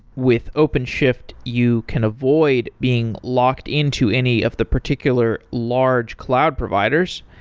with openshift, you can avoid being locked into any of the particular large cloud providers.